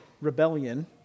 rebellion